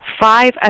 five